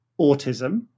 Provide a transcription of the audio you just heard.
autism